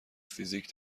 فیزیک